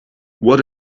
what